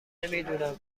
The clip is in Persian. نمیدونم